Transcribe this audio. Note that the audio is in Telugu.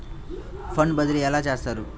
ఫండ్ బదిలీ ఎలా చేస్తారు?